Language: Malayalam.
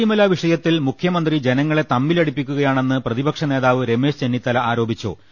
ശബരിമല വിഷയത്തിൽ മുഖ്യമന്ത്രി ജനങ്ങളെ തമ്മിലടിപ്പി ക്കുകയാണെന്ന് പ്രതിപക്ഷനേതാവ് രമേശ് ചെന്നിത്തല ആരോ പിച്ചു